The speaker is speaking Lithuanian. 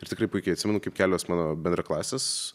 ir tikrai puikiai atsimenu kaip kelios mano bendraklasės